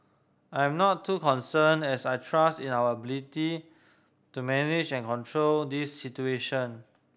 I am not too concerned as I trust in our ability to manage and control this situation